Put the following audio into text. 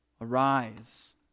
Arise